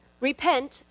Repent